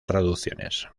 traducciones